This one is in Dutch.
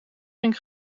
ging